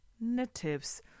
natives